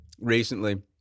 recently